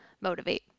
motivate